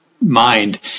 mind